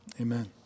Amen